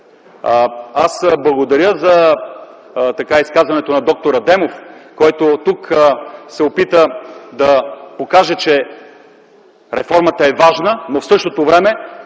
Аз благодаря за изказването на д-р Адемов, който тук се опита да покаже, че реформата е важна, но в същото време